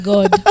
God